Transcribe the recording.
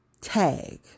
tag